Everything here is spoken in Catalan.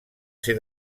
ser